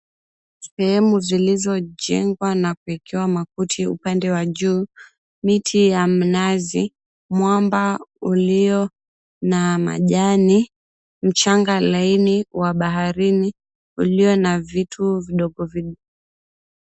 Sehemu zilizojengwa na kuekewa makuti, upande wa juu, miti ya minazi, mwamba ulio na majani, mchanga laini wa baharini ulio na vitu vidogo vidogo.